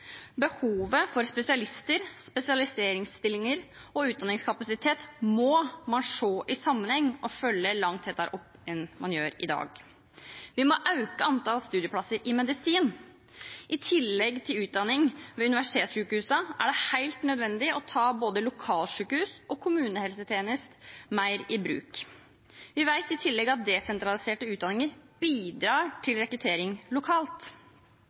Behovet for spesialister, spesialiseringsstillinger og utdanningskapasitet må ses i sammenheng og følges langt tettere opp enn man gjør i dag. Vi må øke antallet studieplasser i medisin. I tillegg til utdanning ved universitetssykehusene er det helt nødvendig å ta både lokalsykehus og kommunehelsetjenesten mer i bruk. Vi vet i tillegg at desentraliserte utdanninger bidrar til rekruttering lokalt.